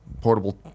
Portable